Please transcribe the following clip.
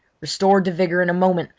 restored to vigour in a moment,